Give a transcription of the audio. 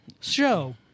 show